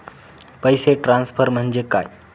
पैसे ट्रान्सफर म्हणजे काय?